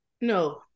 No